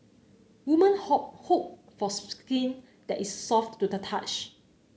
women hope hope for skin that is soft to the touch